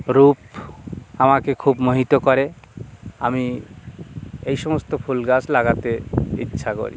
রূপ আমাকে খুব মোহিত করে আমি এই সমস্ত ফুল গাছ লাগাতে ইচ্ছা করি